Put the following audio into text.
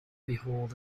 behold